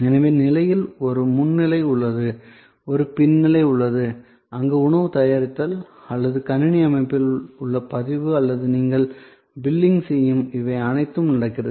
எனவே நிலையில் ஒரு முன் நிலை உள்ளது ஒரு பின் நிலை உள்ளது அங்கு உணவு தயாரித்தல் அல்லது கணினி அமைப்பில் உங்கள் பதிவு அல்லது நீங்கள் பில்லிங் செய்யும் போது இவை அனைத்தும் நடக்கிறது